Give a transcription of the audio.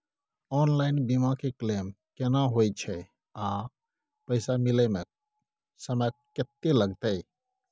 Online बीमा के claim केना होय छै आ पैसा मिले म समय केत्ते लगतै?